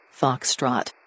Foxtrot